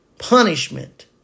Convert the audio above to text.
Punishment